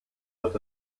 wird